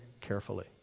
carefully